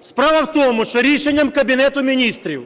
Справа в тому, що рішенням Кабінету Міністрів